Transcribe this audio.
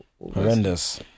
Horrendous